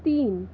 तीन